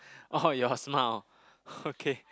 oh your smile okay